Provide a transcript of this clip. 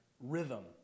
rhythm